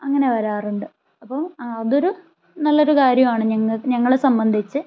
അങ്ങനെ വരാറുണ്ട് അപ്പോൾ അതൊരു നല്ലൊരു കാര്യവാണ് ഞങ്ങൾ ഞങ്ങളെ സംബന്ധിച്ച്